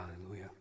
Hallelujah